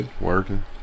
Working